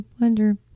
wonder